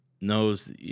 knows